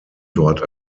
dort